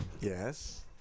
Yes